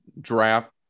draft